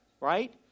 right